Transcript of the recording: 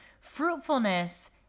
Fruitfulness